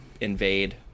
invade